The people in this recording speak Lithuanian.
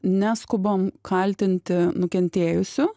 neskubam kaltinti nukentėjusių